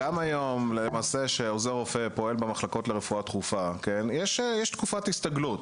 גם היום כשעוזר רופא פועל במחלקות לרפואה דחופה יש תקופת הסתגלות.